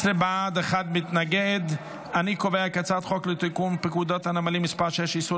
את הצעת חוק לתיקון פקודת הנמלים (מס' 6) (איסור